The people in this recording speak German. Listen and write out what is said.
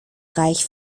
reich